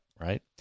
right